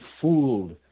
fooled